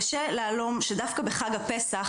קשה להלום שדווקא בחג הפסח,